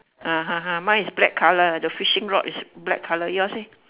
ah ha ha mine is black colour the fishing rod is black colour yours eh